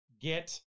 get